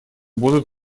будут